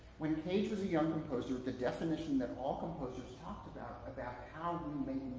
when cage was a young composer the definition that all composers talked about, about how